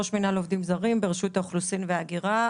ראש מינהל עובדים זרים ברשות האוכלוסין וההגירה.